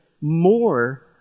more